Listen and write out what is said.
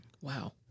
Wow